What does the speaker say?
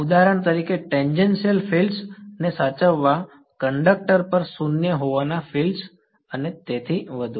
ઉદાહરણ તરીકે tangential fields ને સાચવવા કંડક્ટર પર શૂન્ય હોવાના ફીલ્ડ્સ અને તેથી વધુ